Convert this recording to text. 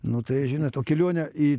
nu tai žinot o kelionę į